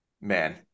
man